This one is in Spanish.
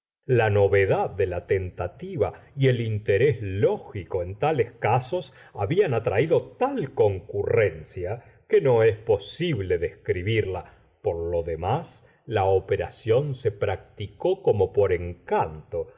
la novedad de la tentativa y el interés lógico en tales casos hablan atraído tal concurrencia que no es posible describirla por lo demás la operación se practicó como por encanto